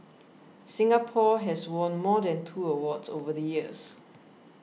Singapore has won more than two awards over the years